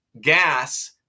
gas